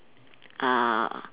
uh